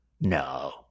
No